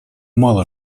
мало